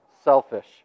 selfish